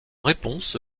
réponse